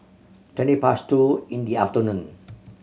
twenty past two in the afternoon